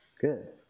good